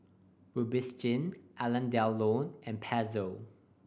Robitussin Alain Delon and Pezzo